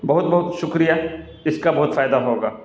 بہت بہت شکریہ اس کا بہت فائدہ ہوگا